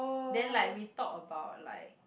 then like we talk about like